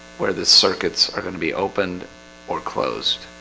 we're the circuits are gonna be opened or closed.